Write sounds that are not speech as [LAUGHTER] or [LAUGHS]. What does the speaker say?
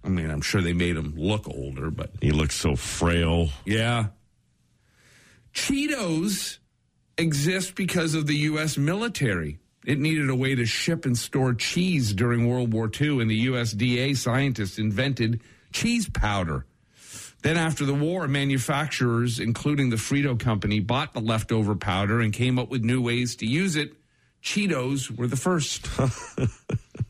I mean, I'm sure they made him look older, but- He looked so frail. Yeah. Cheetos exist because of the US military. It needed a way to ship and store cheese during World War II, and the USDA scientists invented cheese powder. Then after the war, manufacturers, including the Frito company, bought the leftover powder and came up with new ways to use it. Cheetos were the first. [LAUGHS]